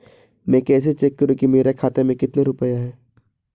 मैं कैसे चेक करूं कि मेरे खाते में कितने रुपए हैं?